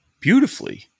beautifully